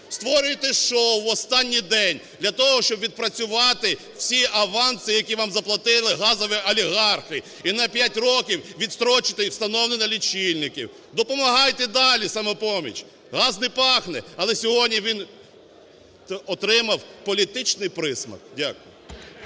створюєте шоу в останній день для того, щоб відпрацювати всі аванси, які вам заплатили газові олігархи, і на п'ять років відстрочити встановлення лічильників. Допомагайте далі, "Самопоміч"! Газ не пахне, але сьогодні він отримав політичний присмак. Дякую.